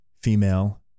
female